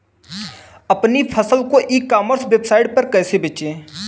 अपनी फसल को ई कॉमर्स वेबसाइट पर कैसे बेचें?